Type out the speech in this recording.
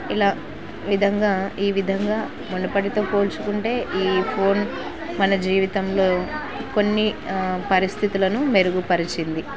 ఇలా విధంగా ఈ విధంగా మునపటితో పోల్చుకుంటే ఈ ఫోన్ మన జీవితంలో కొన్ని పరిస్థితులను మెరుగుపరిచింది